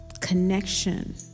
connection